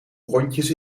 rondjes